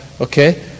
okay